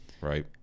right